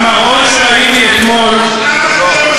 המראות שראיתי אתמול, מה עם שעבאן?